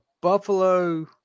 buffalo